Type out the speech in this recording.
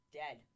dead